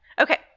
Okay